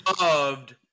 loved